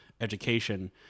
education